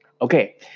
Okay